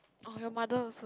or your mother